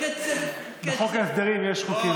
בחוק ההסדרים יש חוקים.